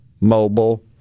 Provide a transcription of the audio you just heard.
Mobile